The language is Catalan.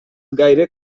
gaire